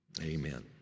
Amen